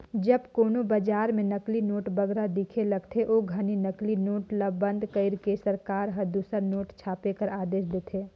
जब कोनो बजार में नकली नोट बगरा दिखे लगथे, ओ घनी नकली नोट ल बंद कइर के सरकार हर दूसर नोट छापे कर आदेस देथे